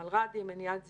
המלר"דים, מניעת זיהומים,